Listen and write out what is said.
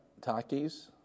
Takis